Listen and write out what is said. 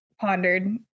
pondered